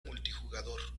multijugador